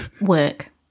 Work